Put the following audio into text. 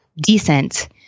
decent